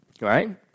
right